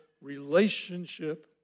relationship